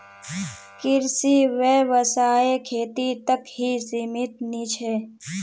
कृषि व्यवसाय खेती तक ही सीमित नी छे